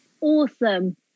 awesome